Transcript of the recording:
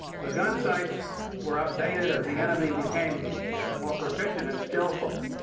the gunsights were updated as the enemy became more proficient and skillful.